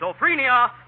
schizophrenia